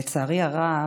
לצערי הרב,